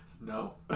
No